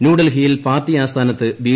ന്യൂഡൽഹിയിൽ പാർട്ടി ആസ്ഥാനത്ത് ബി